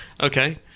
Okay